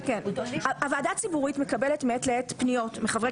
הוועדה הציבורית מקבלת מעת לעת פניות מחברי